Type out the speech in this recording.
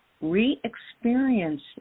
re-experience